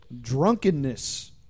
drunkenness